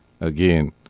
Again